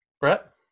Brett